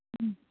ಹ್ಞೂ